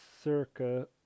Circa